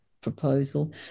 proposal